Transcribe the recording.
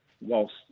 whilst